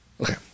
Okay